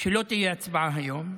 שלא תהיה הצבעה היום,